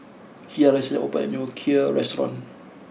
Kira recently opened a new Kheer restaurant